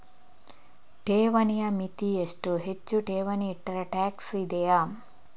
ಠೇವಣಿಯ ಮಿತಿ ಎಷ್ಟು, ಹೆಚ್ಚು ಠೇವಣಿ ಇಟ್ಟರೆ ಟ್ಯಾಕ್ಸ್ ಇದೆಯಾ?